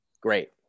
Great